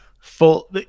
full